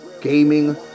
Gaming